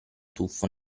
tuffo